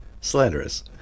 slanderous